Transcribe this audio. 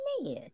man